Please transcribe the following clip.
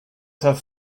have